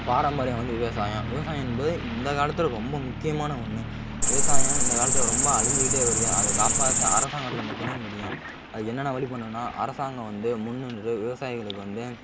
பாரம்பரியம் வந்து விவசாயம் விவசாயம் என்பது இந்த காலத்தில் ரொம்ப முக்கியமான ஒன்று விவசாயம் இந்த காலத்தில் ரொம்ப அழிஞ்சிக்கிட்டு வருது அதை காப்பாற்ற அரசாங்கத்தில் மட்டும் முடியும் அதுக்கு என்னென்ன வழி பண்ணனுன்னா அரசாங்கம் வந்து முன் நின்று விவசாயிகளுக்கு வந்து